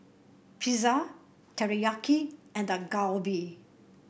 pizza Teriyaki and Dak Galbi